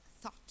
thought